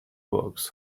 box